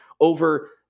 over